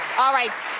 all right,